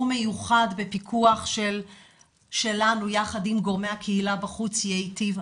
מיוחד בפיקוח שלנו יחד עם גורמי הקהילה בחוץ ייטיב,